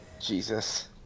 Jesus